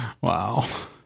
Wow